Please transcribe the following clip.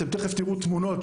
תיכף תראו תמונות.